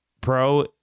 pro